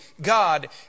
God